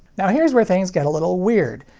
now here's where things get a little weird.